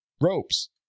ropes